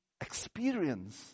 experience